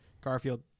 Garfield